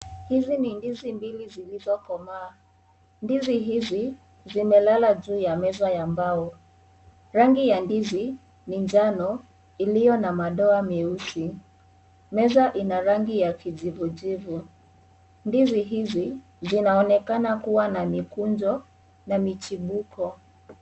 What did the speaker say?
Hizi ni ndizi mbili zilizokomaa ndizi hizi zimelala juu ya meza ya mbao rangi ya ndizi ni njano iliyo na madoa meusi meza ina rangi ya kijivujivu, ndizi hizi zinaonekana kuwa mikunjo na michipuko.